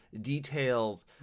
details